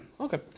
Okay